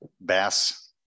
bass